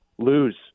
Lose